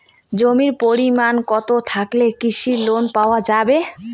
জমির পরিমাণ কতো থাকলে কৃষি লোন পাওয়া যাবে?